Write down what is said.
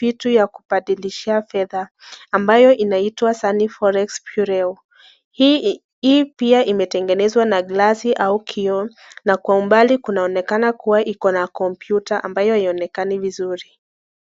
vitu ya kubadilishia fedha ambayo inaitwa sunny Forex Bureau . Hii pia imetengenezwa na glasi au kioo na kwa umbali kunaonekana kua iko na computer ambayo haionekani vizuri.